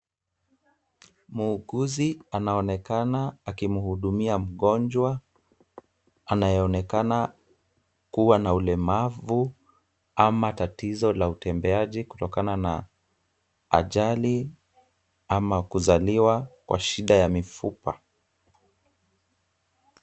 Muuguzi anaonekana akimhudumia mgonjwa anayeonekana kuwa na ulemvu ama tatizo la utembeaji kutokana na ajali, kuzaliwa kwa shida ya mifupa.